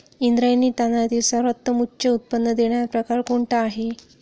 इंद्रायणी तांदळातील सर्वोत्तम उच्च उत्पन्न देणारा प्रकार कोणता आहे?